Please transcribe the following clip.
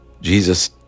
Jesus